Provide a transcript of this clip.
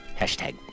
Hashtag